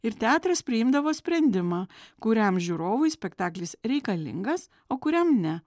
ir teatras priimdavo sprendimą kuriam žiūrovui spektaklis reikalingas o kuriam ne